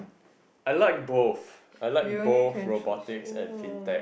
I like both I like both robotics and Fintech